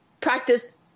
practice